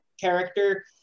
character